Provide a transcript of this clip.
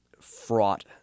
fraught